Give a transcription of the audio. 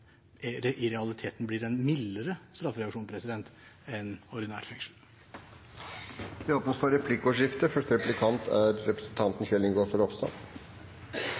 i realiteten blir en mildere straffereaksjon enn ordinær fengselsstraff. Det blir replikkordskifte. Jeg er veldig glad for